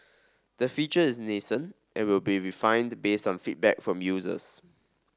the feature is nascent and will be refined based on feedback from users